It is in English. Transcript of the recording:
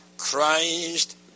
Christ